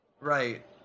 Right